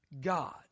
God